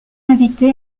invité